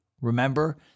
Remember